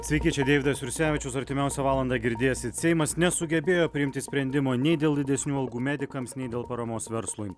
sveiki čia deividas jursevičius artimiausią valandą girdėsit seimas nesugebėjo priimti sprendimo nei dėl didesnių algų medikams nei dėl paramos verslui